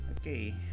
Okay